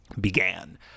began